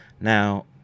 now